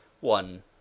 one